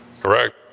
Correct